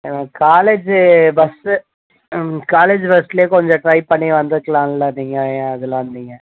ஆ college bus ம் college பஸ்லயே கொஞ்சம் ட்ரை பண்ணி வந்துயிருக்குலால நீங்கள் ஏன் அதில் வந்திங்க